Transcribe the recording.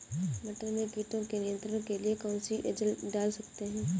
मटर में कीटों के नियंत्रण के लिए कौन सी एजल डाल सकते हैं?